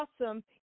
awesome